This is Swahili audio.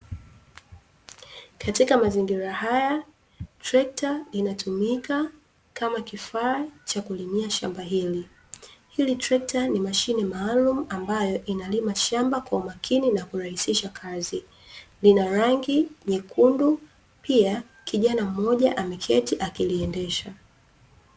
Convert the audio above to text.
Katika mazingira haya, trekta linatumika kama kifaa cha kulimia shamba hili. Hili trekta ni mashine maalum ambayo inalima shamba kwa umakini na kurahisisha kazi. Lina rangi nyekundu, pia kijana mmoja ameketi akiliendesha.